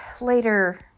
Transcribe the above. later